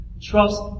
Trust